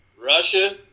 Russia